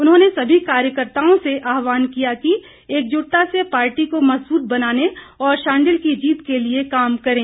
उन्होंने सभी कार्यकर्ताओं से आहवान किया कि एकजुटता से पार्टी को मजबूत बनाने और शांडिल की जीत के लिए काम करें